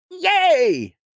yay